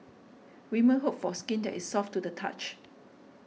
women hope for skin that is soft to the touch